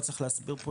לא צריך להסביר פה,